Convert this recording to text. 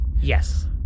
Yes